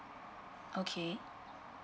okay